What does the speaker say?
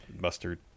mustard